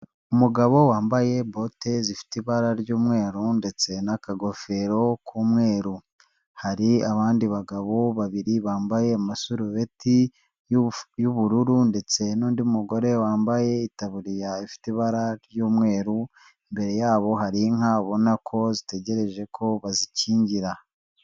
Umugabo wambaye bote zifite ibara ry'umweru ndetse n'akagofero k'umweru, hari abandi bagabo babiri bambaye amasurubeti y'ubururu ndetse n'undi mugore wambaye itabuririya ifite ibara ry'umweru, imbere yabo hari inka ubona ko zitegereje ko bazikingira.